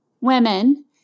women